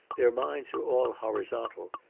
their mines are all horizontal.